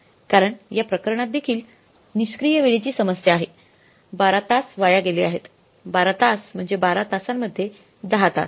कारण या प्रकरणात देखील निष्क्रिय वेळेची समस्या आहे 12 तास वाया गेले आहेत 12 तास म्हणजे 12 तासांमध्ये 10 तास